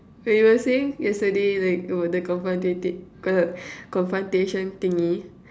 when you were saying yesterday like oh the confrontative confrontation thingy